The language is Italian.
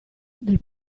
del